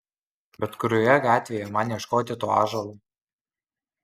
bet kurioje gatvėje man ieškoti to ąžuolo